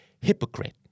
hypocrite